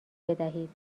بدهید